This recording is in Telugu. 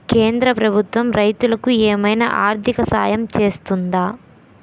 కేంద్ర ప్రభుత్వం రైతులకు ఏమైనా ఆర్థిక సాయం చేస్తుందా?